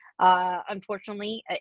Unfortunately